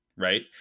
Right